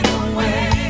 away